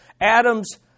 Adam's